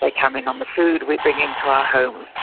like come in on the food we bring into our homes.